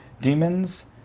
demons